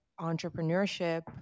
entrepreneurship